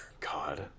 God